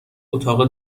اتاق